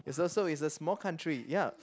is also is a small country ya